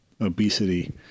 obesity